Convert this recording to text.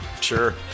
Sure